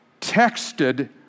texted